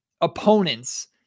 opponents